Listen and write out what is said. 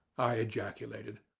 i ejaculated.